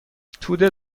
توده